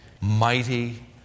mighty